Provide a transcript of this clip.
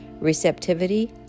receptivity